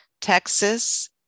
Texas